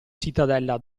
cittadella